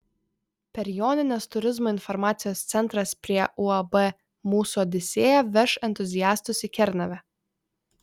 per jonines turizmo informacijos centras prie uab mūsų odisėja veš entuziastus į kernavę